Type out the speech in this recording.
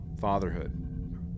fatherhood